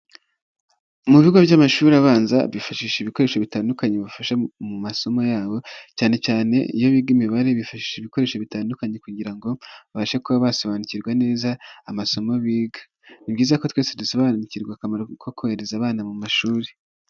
Mu bigo by'amashuri abanza, bifashisha ibikoresho bitandukanye bifasha mu masomo yabo, cyane cyane iyo biga imibare bifashisha ibikoresho bitandukanye kugira ngo babashe kuba basobanukirwa neza amasomo biga, ni byiza ko twese dusobanukirwa akamaro ko kohereza abana mu mashuri.